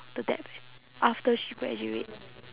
the debt after she graduate